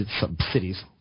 subsidies